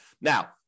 Now